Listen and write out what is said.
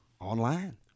online